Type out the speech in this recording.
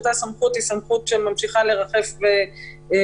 אותה סמכות היא סמכות שממשיכה לרחף ולחול.